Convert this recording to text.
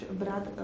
brat